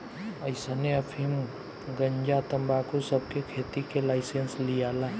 अइसने अफीम, गंजा, तंबाकू सब के खेती के लाइसेंस लियाला